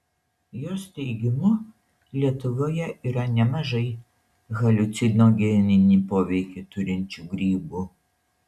jos teigimu lietuvoje yra nemažai haliucinogeninį poveikį turinčių grybų